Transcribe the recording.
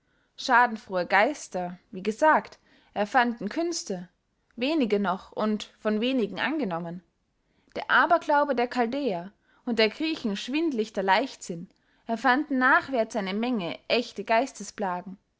schadenfrohe geister wie gesagt erfanden künste wenige noch und von wenigen angenommen der aberglaube der chaldäer und der griechen schwindlichter leichtsinn erfanden nachwärts eine menge ächte